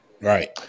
Right